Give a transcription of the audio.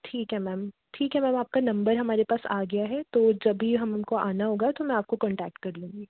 ठीक है मैम ठीक है मैम आपका नंबर हमारे पास आ गया है तो जभी हम उनको आना होगा तो मैं आपको कॉन्टैक्ट कर लूँगी